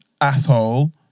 Asshole